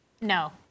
No